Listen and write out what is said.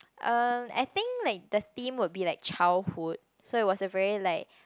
um I think like the theme will be like childhood so it was a very like